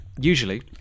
Usually